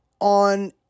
on